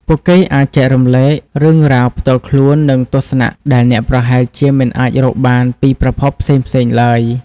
ពួកគេអាចចែករំលែក រឿងរ៉ាវផ្ទាល់ខ្លួន និងទស្សនៈ ដែលអ្នកប្រហែលជាមិនអាចរកបានពីប្រភពផ្សេងៗឡើយ។